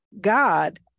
God